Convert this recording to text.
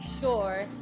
sure